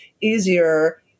easier